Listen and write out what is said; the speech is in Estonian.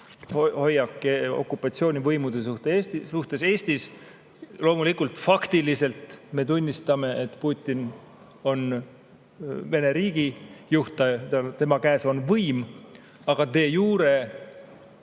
hoiak okupatsioonivõimude suhtes Eestis. Faktiliselt me tunnistame, et Putin on Vene riigi juht, tema käes on võim, agade jureme